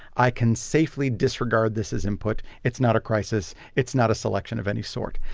i can safely disregard this as input. it's not a crisis. it's not a selection of any sort.